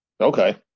Okay